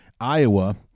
Iowa